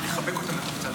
לחבק אותם אם את רוצה,